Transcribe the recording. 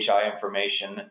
information